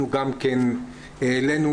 העלנו,